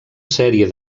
sèrie